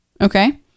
Okay